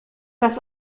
das